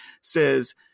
says